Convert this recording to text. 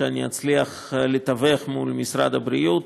שאני אצליח לתווך בינם ובין משרד הבריאות.